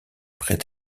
près